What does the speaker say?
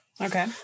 okay